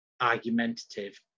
argumentative